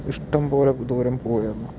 ഇഷ്ടം പോലെ ദൂരം പോയിരുന്നു